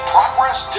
Progress